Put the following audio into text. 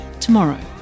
tomorrow